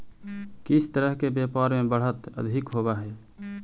किस तरह के व्यापार में बढ़त अधिक होवअ हई